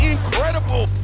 Incredible